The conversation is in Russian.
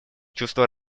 чувство